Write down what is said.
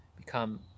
Become